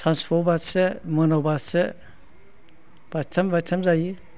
सानजौफुआव बाथिसे मोनायाव बाथिसे बाथिथाम बाथिथाम जायो